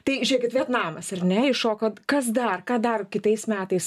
tai žiūrėkit vietnamas ar ne iššoko kas dar ką dar kitais metais